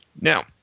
Now